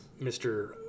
Mr